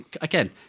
again